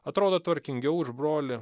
atrodo tvarkingiau už brolį